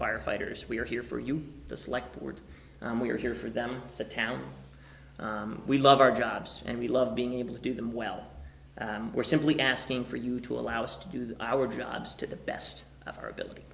firefighters we're here for you disliked word and we're here for them the town we love our jobs and we love being able to do them well we're simply asking for you to allow us to do our jobs to the best of her ability